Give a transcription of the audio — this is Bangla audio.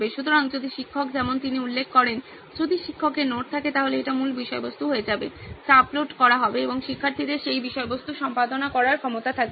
সুতরাং যদি শিক্ষক যেমন তিনি উল্লেখ করেন যদি শিক্ষকের নোট থাকে তাহলে এটি মূল বিষয়বস্তু হয়ে যাবে যা আপলোড করা হবে এবং শিক্ষার্থীদের সেই বিষয়বস্তু সম্পাদনা করার ক্ষমতা থাকবে